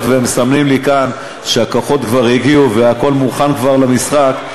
היות שמסמנים לי כאן שהכוחות כבר הגיעו והכול מוכן כבר למשחק,